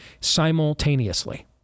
simultaneously